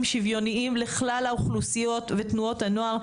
שוויוניים לכלל האוכלוסיות ותנועות הנוער,